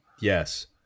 Yes